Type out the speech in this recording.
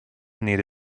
need